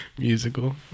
Musical